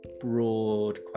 broad